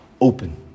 open